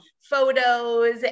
photos